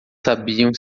sabiam